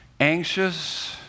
anxious